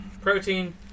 protein